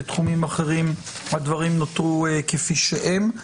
בתחומים אחרים הדברים נותרו כפי שהם.